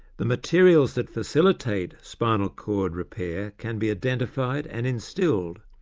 the materials that facilitate spinal cord repair can be identified and instilled,